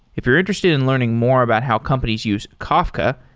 if you're interested in learning more about how companies use kafka,